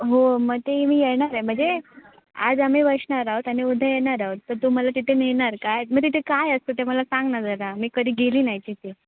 हो मग ते मी येणार आहे म्हणजे आज आम्ही बसणार आहोत आणि उद्या येणार आहोत तर तू मला तिथे नेणार काय मग तिथे काय असतो ते मला सांग ना जरा मी कधी गेली नाही तिथे